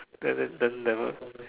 parents then never